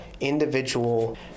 individual